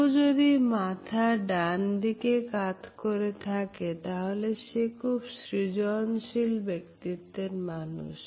কেউ যদি মাথা ডান দিকে কাত করে থাকে তাহলে সে খুব সৃজনশীল ব্যক্তিত্বের মানুষ